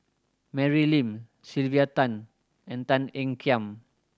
Mary Lim Sylvia Tan and Tan Ean Kiam